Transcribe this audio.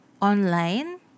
online